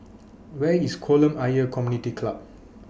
Where IS Kolam Ayer Community Club